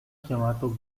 chiamato